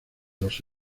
los